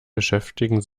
beschäftigen